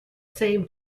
same